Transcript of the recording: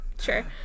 sure